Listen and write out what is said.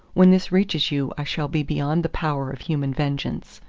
when this reaches you i shall be beyond the power of human vengeance,